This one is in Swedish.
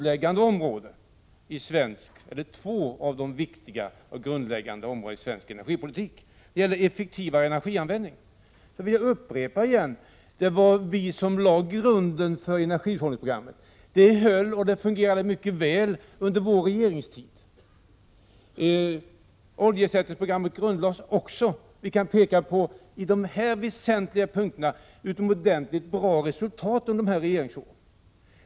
Låt oss se på två av de viktiga och grundläggande områdena i svensk energipolitik. Beträffande effektivare energianvändning vill jag upprepa att det var vi som lade grunden för energihushållningsprogrammet. Det programmet höll och fungerade mycket väl under vår regeringstid. Oljeersättningsprogrammet grundlades också under denna tid. På dessa väsentliga punkter kan vi peka på utomordentligt bra resultat under dessa regeringsår.